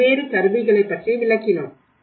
பல்வேறு கருவிகளைப் பற்றி விளக்கினோம்